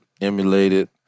emulated